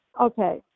Okay